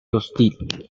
hostil